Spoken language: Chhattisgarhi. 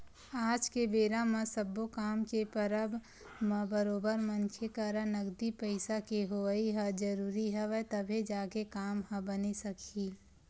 आज के बेरा म सब्बो काम के परब म बरोबर मनखे करा नगदी पइसा के होवई ह जरुरी हवय तभे जाके काम ह बने सकही